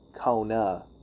Kona